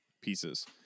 pieces